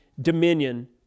dominion